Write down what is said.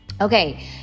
Okay